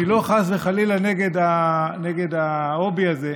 אני לא, חס וחלילה, נגד ההובי הזה.